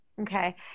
Okay